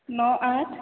ନଅ ଆଠ